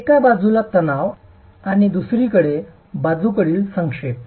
एका बाजूला तणाव आणि दुसरीकडे बाजूकडील संक्षेप